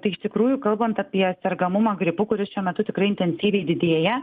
tai iš tikrųjų kalbant apie sergamumą gripu kuris šiuo metu tikrai intensyviai didėja